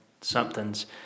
something's